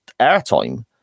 airtime